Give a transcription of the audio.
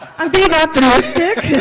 i'm being optimistic.